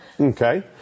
Okay